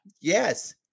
Yes